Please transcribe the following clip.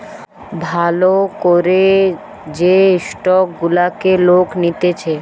ভাল করে যে স্টক গুলাকে লোক নিতেছে